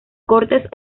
cortes